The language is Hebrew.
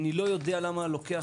למה אנחנו צריכים